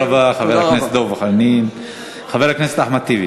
חוק זכות יוצרים, התשס"ח 2007,